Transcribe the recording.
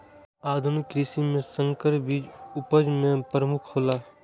आधुनिक कृषि में संकर बीज उपज में प्रमुख हौला